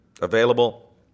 available